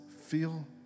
feel